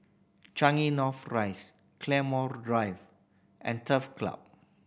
Changi North Rise Claymore Drive and Turf Club